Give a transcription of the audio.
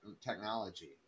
Technology